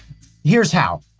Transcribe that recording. here's how.